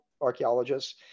archaeologists